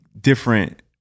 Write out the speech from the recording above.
different